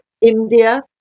India